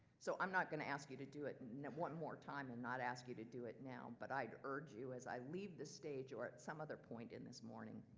so i'm not gonna ask you to do it one more time and not ask you to do it now, but i'd urge you as i leave this stage or at some other point in this morning,